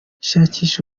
shakisha